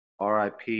RIP